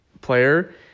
player